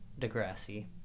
Degrassi